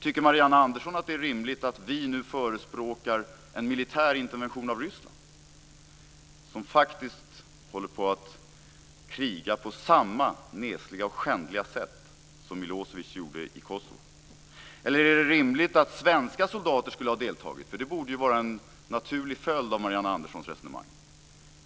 Tycker Marianne Andersson att det är rimligt att vi nu förespråkar en militär intervention i Ryssland, som faktiskt håller på att kriga på samma nesliga och skändliga sätt som Milosevic gjorde i Kosovo? Är det rimligt att svenska soldater skulle ha deltagit? Det borde vara en naturlig följd av Marianne Anderssons resonemang.